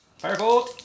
Firebolt